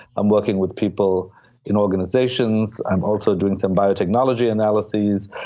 i'm working with people in organizations. i'm also doing some biotechnology analyses.